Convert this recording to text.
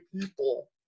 people